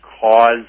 cause